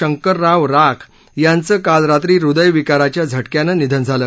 शंकरराव राख यांच काल रात्री हृद्यविकाराच्या झटक्यानं निधन झालं